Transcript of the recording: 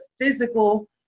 physical